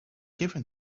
given